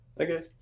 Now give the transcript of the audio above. Okay